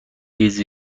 ریز